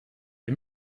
wir